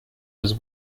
was